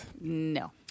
No